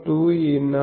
MS2E0ax